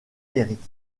eric